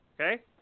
Okay